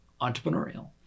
entrepreneurial